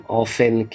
often